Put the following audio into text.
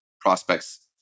prospects